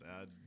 sad